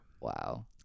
Wow